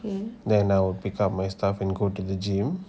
then I'll pick up my stuff and go to the gym